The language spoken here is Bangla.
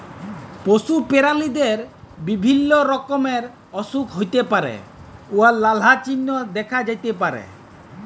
পশু পেরালিদের বিভিল্য রকমের অসুখ হ্যইতে পারে উয়ার লালা চিল্হ দ্যাখা যাতে পারে